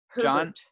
John